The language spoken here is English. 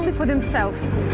for themselves.